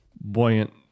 Buoyant